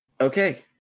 Okay